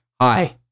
hi